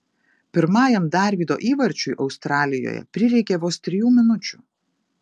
pirmajam darvydo įvarčiui australijoje prireikė vos trijų minučių